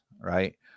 right